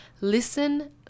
Listen